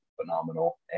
phenomenal